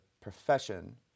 profession